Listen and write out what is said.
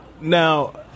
Now